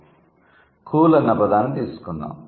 'cool' అన్న పదాన్ని తీసుకుందాం